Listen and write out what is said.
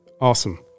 Awesome